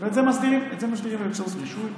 את זה מסדירים, את זה מסדירים באמצעות רישוי.